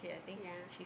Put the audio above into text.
yeah